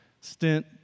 stint